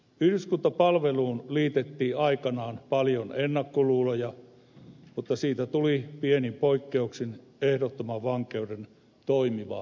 yhdyskuntapalveluun liitettiin aikanaan paljon ennakkoluuloja mutta siitä tuli pienin poikkeuksin ehdottoman vankeuden toimiva vaihtoehto